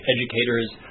Educators